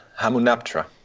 Hamunaptra